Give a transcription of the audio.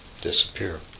disappear